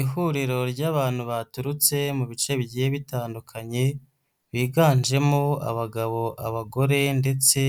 Ihuriro ry'abantu baturutse mu bice bigiye bitandukanye, biganjemo abagabo, abagore, ndetse